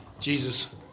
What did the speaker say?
Jesus